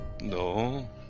No